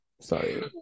Sorry